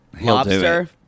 Lobster